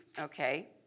okay